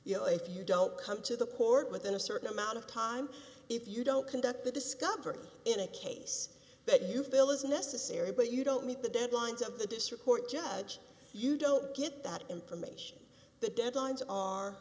you know if you don't come to the court within a certain amount of time if you don't conduct the discovery in a case that you feel is necessary but you don't meet the deadlines of the district court judge you don't get that information the deadlines are